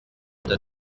that